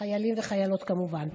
חיילים וחיילות כמובן.